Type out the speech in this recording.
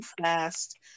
fast